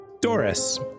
Doris